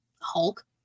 Hulk